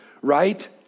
right